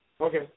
Okay